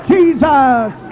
Jesus